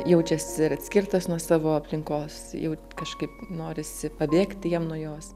jaučiasi atskirtas nuo savo aplinkos jau kažkaip norisi pabėgti jam nuo jos